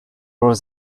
was